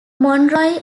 monroe